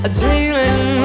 dreaming